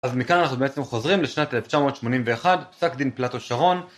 אז מכאן אנחנו בעצם חוזרים לשנת 1981, פסק דין פלטו שרון